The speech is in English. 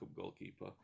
goalkeeper